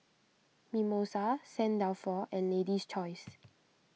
Mimosa Saint Dalfour and Lady's Choice